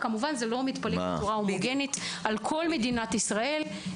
כמובן שזה לא מתפזר בצורה הומוגנית על כל מדינת ישראל,